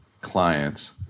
clients